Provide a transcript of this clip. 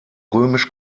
römisch